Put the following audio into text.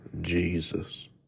Jesus